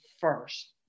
first